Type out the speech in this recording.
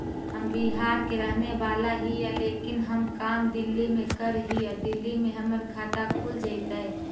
हम बिहार के रहेवाला हिय लेकिन हम काम दिल्ली में कर हिय, दिल्ली में हमर खाता खुल जैतै?